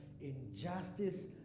injustice